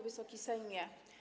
Wysoki Sejmie!